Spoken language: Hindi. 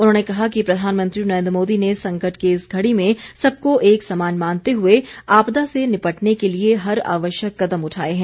उन्होंने कहा कि प्रधानमंत्री नरेन्द्र मोदी ने संकट की इस घड़ी में सबको एक समान मानते हुए आपदा से निपटने के लिए हर आवश्यक कदम उठाए हैं